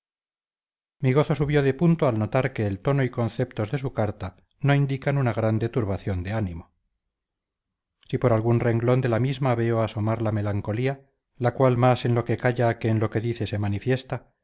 mi gozo subió de punto al notar que el tono y conceptos de su carta no indican una grande turbación del ánimo si por algún renglón de la misma veo asomar la melancolía la cual más en lo que calla que en lo que dice se manifiesta